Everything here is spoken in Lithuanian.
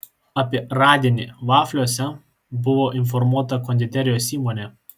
apie radinį vafliuose buvo informuota konditerijos įmonė